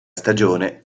stagione